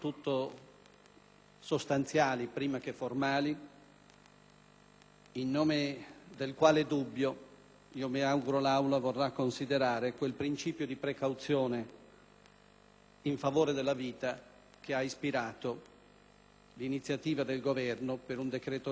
in nome del quale io mi auguro l'Aula vorrà considerare quel principio di precauzione in favore della vita che ha ispirato l'iniziativa del Governo per un decreto-legge, prima, e per un disegno di legge, poi.